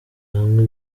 hamwe